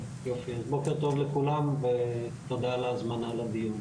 בוקר טוב לכולם, תודה על ההזמנה לדיון.